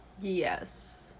Yes